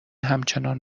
همچنان